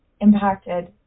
impacted